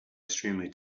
extremely